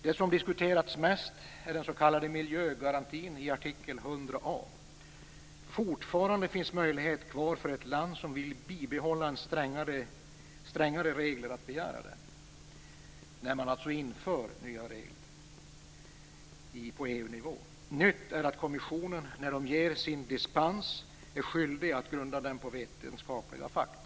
Det som diskuteras mest är den s.k. miljögarantin i artikel 100a. Fortfarande finns det möjligheter för ett land som vill behålla strängare regler att begära det när nya regler införs på EU-nivå. Nytt är att kommissionen, när dispens ges, är skyldig att grunda denna på vetenskapliga fakta.